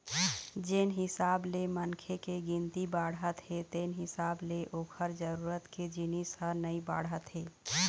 जेन हिसाब ले मनखे के गिनती बाढ़त हे तेन हिसाब ले ओखर जरूरत के जिनिस ह नइ बाढ़त हे